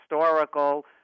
historical